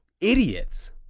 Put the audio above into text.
idiots